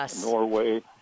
Norway